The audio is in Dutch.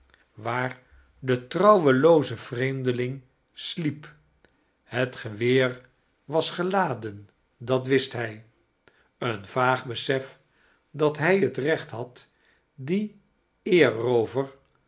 waar de ferouwelooze vreeimdeiing sliep het geweer was geladen dat wist hij een vaag besef dat hij t recht had dien eerroover